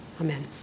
Amen